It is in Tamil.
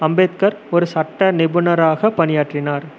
அம்பேத்கர் ஒரு சட்ட நிபுணராக பணியாற்றினார்